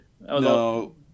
No